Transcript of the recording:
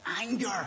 anger